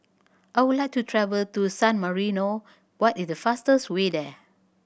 I would like to travel to San Marino what is the fastest way there